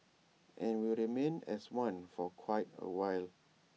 and will remain as one for quite A while